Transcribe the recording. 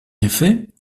effet